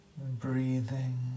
Breathing